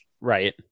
right